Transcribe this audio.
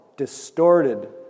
distorted